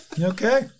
Okay